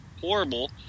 horrible